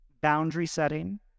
boundary-setting